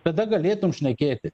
tada galėtum šnekėti